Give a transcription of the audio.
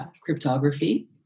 cryptography